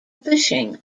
fishing